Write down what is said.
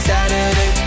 Saturday